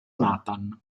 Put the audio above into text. nathan